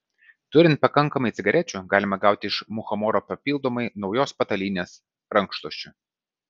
turint pakankamai cigarečių galima gauti iš muchamoro papildomai naujos patalynės rankšluosčių